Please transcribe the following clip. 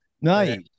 Nice